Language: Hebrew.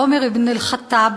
עומר אבן אל-ח'טאב,